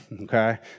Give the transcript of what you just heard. Okay